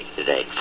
today